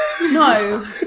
No